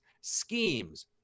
schemes